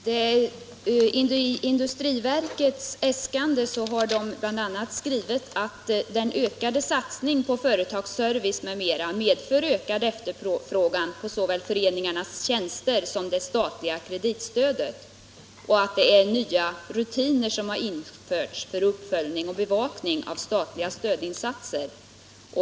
Herr talman! Industriverket har i sitt äskande bl.a. skrivit att den ökade satsningen på företagsservice m.m. medför ökad efterfrågan på såväl föreningarnas tjänster som det statliga kreditstödet och att nya rutiner har införts för uppföljning och bevakning av statliga stödinsatser.